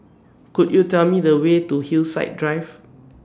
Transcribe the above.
Could YOU Tell Me The Way to Hillside Drive